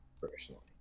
Personally